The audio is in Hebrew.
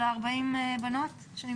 של 40 בנות שנמצאות בלי מסגרת?